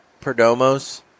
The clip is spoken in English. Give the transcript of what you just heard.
Perdomos